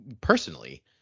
personally